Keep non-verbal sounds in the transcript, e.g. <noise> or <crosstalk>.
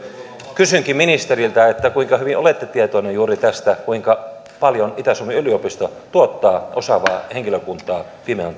kysynkin ministeriltä kuinka hyvin olette tietoinen juuri tästä kuinka paljon itä suomen yliopisto tuottaa osaavaa henkilökuntaa fimean <unintelligible>